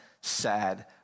sad